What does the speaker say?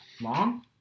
long